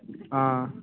ꯑꯥ